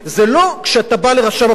זה לא, כשאתה בא לרשם ההוצאה לפועל